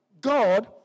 God